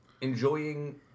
enjoying